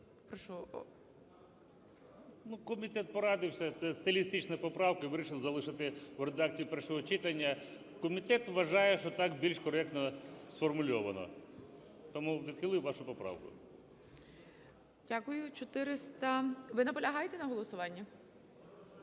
комітет порадився, це стилістична поправка, і вирішили залишити у редакції першого читання. Комітет вважає, що так більш коректно сформульовано, тому відхилив вашу поправку. ГОЛОВУЮЧИЙ. Дякую. 400… Ви наполягаєте на голосуванні?